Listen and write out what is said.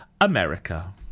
America